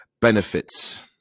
benefits